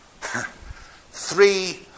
three